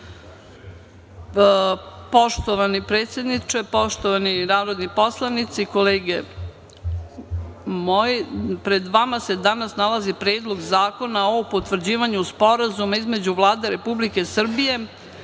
odsutna. Poštovani predsedniče, poštovani narodni poslanici, kolege, pred vama se danas nalazi Predlog zakona o potvrđivanju Sporazuma između Vlade Republike Srbije